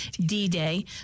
D-Day